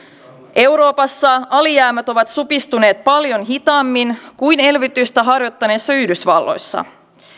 euroopassa alijäämät ovat supistuneet paljon hitaammin kuin elvytystä harjoittaneessa yhdysvalloissa